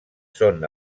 són